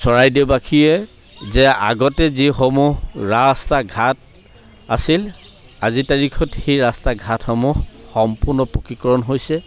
চৰাইদেউবাসীয়ে যে আগতে যিসমূহ ৰাস্তা ঘাট আছিল আজিৰ তাৰিখত সেই ৰাস্তা ঘাটসমূহ সম্পূৰ্ণ পকীকৰণ হৈছে